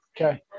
Okay